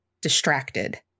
distracted